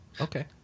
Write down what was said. okay